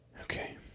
Okay